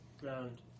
ground